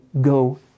go